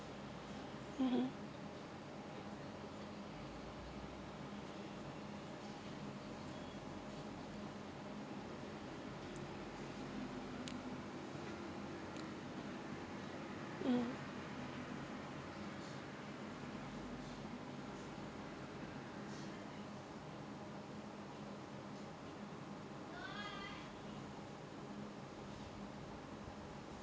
mmhmm um